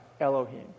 elohim